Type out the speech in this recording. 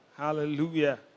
hallelujah